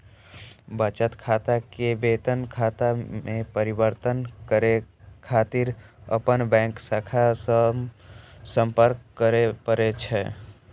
बचत खाता कें वेतन खाता मे परिवर्तित करै खातिर अपन बैंक शाखा सं संपर्क करय पड़ै छै